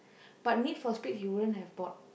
but need for speeds he wouldn't have bought